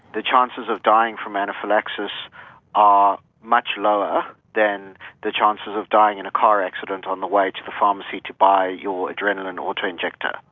the chances of dying from anaphylaxis are much lower than the chances of dying in a car accident on the way to the pharmacy to buy your adrenaline auto injector.